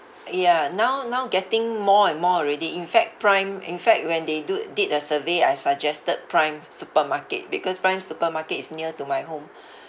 ya now now getting more and more already in fact prime in fact when they do did a survey I suggested prime supermarket because prime supermarket is near to my home